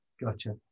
Gotcha